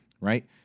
right